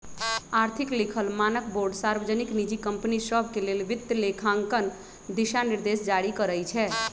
आर्थिक लिखल मानकबोर्ड सार्वजनिक, निजी कंपनि सभके लेल वित्तलेखांकन दिशानिर्देश जारी करइ छै